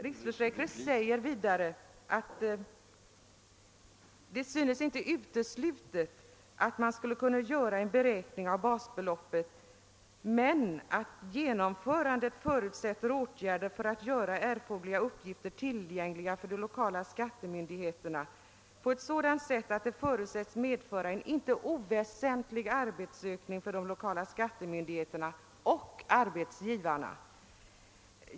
Riksförsäkringsverkt säger vidare att det inte synes uteslutet att man skulle kunna göra en beräkning av basbeloppsavdraget i avsett syfte men att genomförandet förutsätter åtgärder för att göra erforderliga uppgifter tillgängliga för de lokala skattemyndigheterna på ett sådant sätt att det skulle medföra en inte oväsentlig arbetsökning för de lokala skattemyndigheterna och för arbetsgivarna.